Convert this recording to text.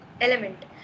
element